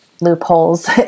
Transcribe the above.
loopholes